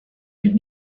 les